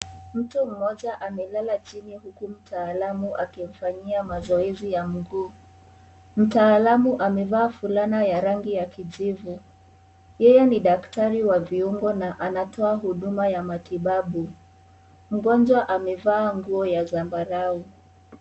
Mtu mmoja amelala chini huku mtaalam akimfanyia mazoezi ya mguu, mataalam amevaa fulana ya rangi ya kijivu, yeye ni daktari wa viungo na anatoa huduma ya matibabu, mgonjwa amevaa nguo ya zambarau.